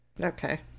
Okay